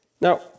Now